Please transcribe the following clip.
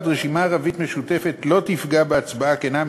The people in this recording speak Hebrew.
רשימה ערבית משותפת לא תפגע בהצבעה כנה,